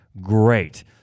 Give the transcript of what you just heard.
great